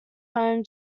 home